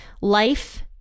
life